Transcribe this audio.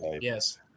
Yes